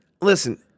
Listen